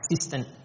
assistant